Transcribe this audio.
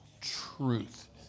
truth